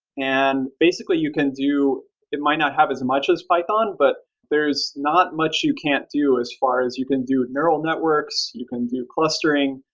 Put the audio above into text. and basically, you can do it might not have as much as python, but there's not much you can't do as far as you can do networks, you can do clustering,